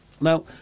Now